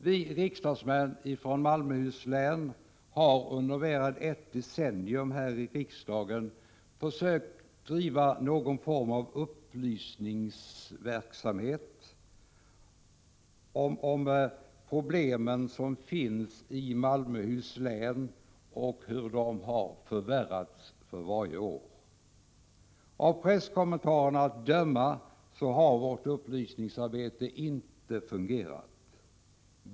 Vi riksdagsledamöter från Malmöhus län har under mer än ett decennium försökt att här i riksdagen driva någon form av upplysningsverksamhet om de problem som finns i Malmöhus län och om hur de har förvärrats för varje år. Av presskommentarerna att döma har vårt upplysningsarbete inte fungerat.